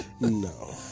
No